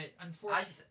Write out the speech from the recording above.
unfortunately